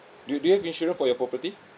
do you do you have insurance for your property